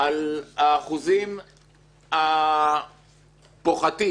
על האחוזים הפוחתים